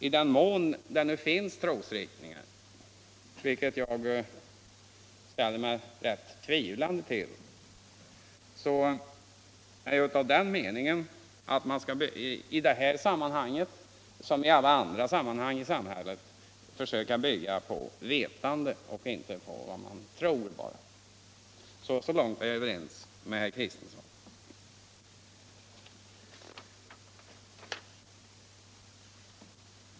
I den mån det nu finns trosriktningar, vilket jag ställer mig rätt tvivlande till, är jag av den meningen att man i detta sammanhang som i alla andra sammanhang i samhället skall försöka bygga på vetande och inte på vad man tror. Så långt är jag överens med herr Kristenson.